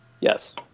Yes